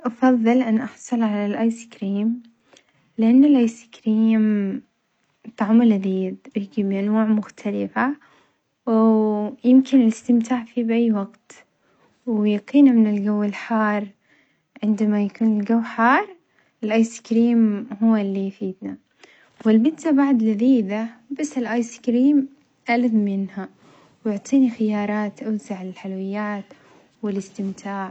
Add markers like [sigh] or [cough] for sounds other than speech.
أفظل أن أحصل على الآيس كريم لأنه الآيس كريم طعمه لذيذ بالكمية نوع مختلفة و [hesitation] يمكن الإستمتاع فيه بأي وقت ويقينا من الجو الحار، عندما يكون الجو حار الآيس كريم هو اللي يفيدنا، والبيتزا بعد لذيذة بس الآيس كريم ألذ منها، ويعطيني خيارات أوسع للحلويات وللإستمتاع.